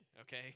okay